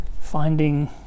finding